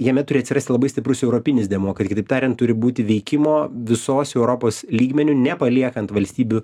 jame turi atsirasti labai stiprus europinis dėmuo kad kitaip tariant turi būti veikimo visos europos lygmeniu nepaliekant valstybių